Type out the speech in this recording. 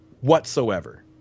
whatsoever